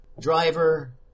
Driver